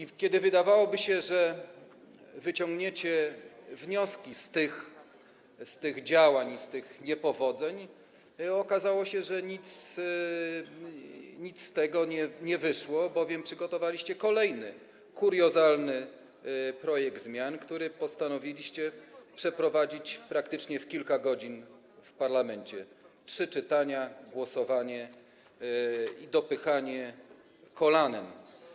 I kiedy wydawało się, że wyciągniecie wnioski z tych działań i z tych niepowodzeń, okazało się, że nic z tego nie wyszło, bowiem przygotowaliście kolejny kuriozalny projekt zmian, nad którym postanowiliście procedować praktycznie kilka godzin w parlamencie: trzy czytania, głosowanie i dopychanie kolanem.